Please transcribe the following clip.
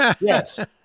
Yes